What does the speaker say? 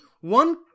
One